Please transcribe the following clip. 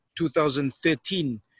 2013